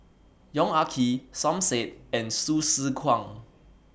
Yong Ah Kee Som Said and Hsu Tse Kwang